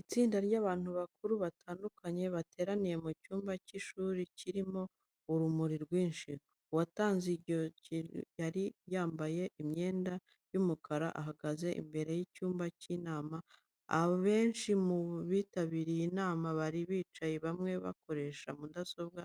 Itsinda ry'abantu bakuru batandukanye, bateraniye mu cyumba cy'ishuri kirimo urumuri rwinshi. Uwatanze iyo disikuru yari yambaye imyenda y'umukara, ahagaze imbere y'icyumba cy'inama. Abenshi mu bitabiriye inama bari bicaye bamwe bakoresha mudasobwa